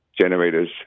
generators